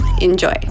Enjoy